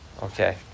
Okay